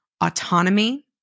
autonomy